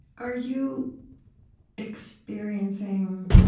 are you experiencing